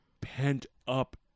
pent-up